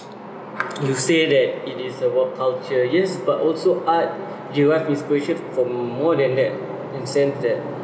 you say that it is a work culture yes but also art derive its equation from more than that in a sense that